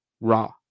raw